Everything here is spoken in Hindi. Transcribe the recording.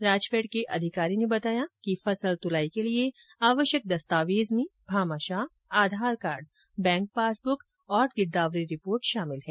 राजफैड के अधिकारी ने बताया कि फसल तुलाई के लिए आवश्यक दस्तावेजों में Bhamashah Aadhaar card bank passbook गिरदावरी रिपोर्ट शामिल हैं